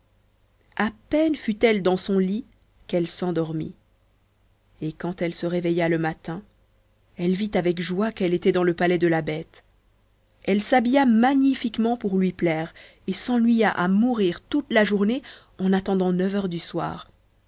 à peine fut-elle dans son lit qu'elle s'endormit et quand elle se réveilla le matin elle vit avec joie qu'elle était dans le palais de la bête elle s'habilla magnifiquement pour lui plaire et s'ennuya à mourir toute la journée en attendant neuf heures du soir